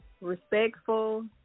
respectful